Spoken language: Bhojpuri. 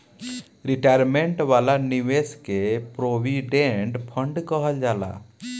रिटायरमेंट वाला निवेश के प्रोविडेंट फण्ड कहल जाला